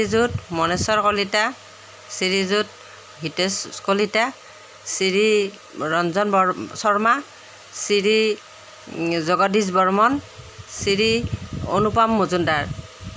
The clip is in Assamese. শ্ৰীযুত মনেশ্বৰ কলিতা শ্ৰীযুত হিতেশ কলিতা শ্ৰী ৰঞ্জন শৰ্মা শ্ৰী জগদীশ বৰ্মন শ্ৰী অনুপম মজুমদাৰ